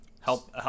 help